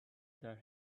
that